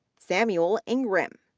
samuel ingram,